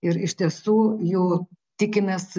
ir iš tiesų jų tikimės